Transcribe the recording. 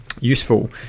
useful